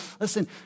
Listen